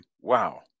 wow